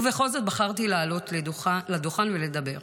ובכל זאת, בחרתי לעלות לדוכן ולדבר.